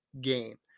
game